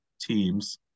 teams